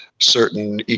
certain